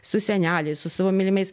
su seneliais su savo mylimais